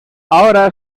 ahora